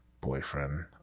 Boyfriend